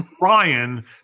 ryan